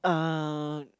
uh